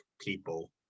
people